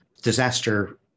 disaster